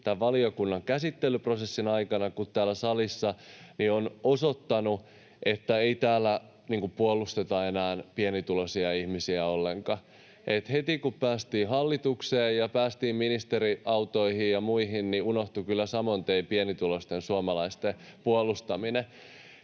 valiokunnan käsittelyprosessin aikana kuin täällä salissa ovat osoittaneet, että ei täällä puolusteta enää pienituloisia ihmisiä ollenkaan: heti kun päästiin hallitukseen ja päästiin ministeriautoihin ja muihin, unohtui kyllä saman tien pienituloisten suomalaisten puolustaminen.